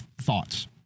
thoughts